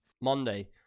Monday